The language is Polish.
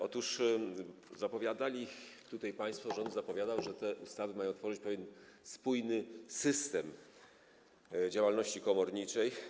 Otóż zapowiadali tutaj państwo, rząd zapowiadał, że te ustawy mają tworzyć pewien spójny system działalności komorniczej.